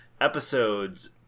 episodes